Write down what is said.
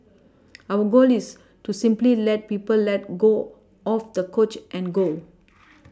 our goal is to simply let people let got off the couch and go